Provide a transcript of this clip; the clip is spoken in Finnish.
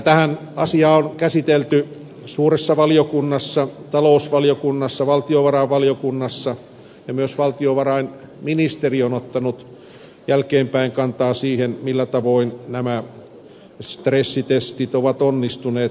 tätä asiaahan on käsitelty suuressa valiokunnassa talousvaliokunnassa valtiovarainvaliokunnassa ja myös valtionvarainministeriö on ottanut jälkeenpäin kantaa siihen millä tavoin nämä stressitestit ovat onnistuneet tai epäonnistuneet